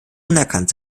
unerkannt